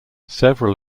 several